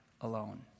alone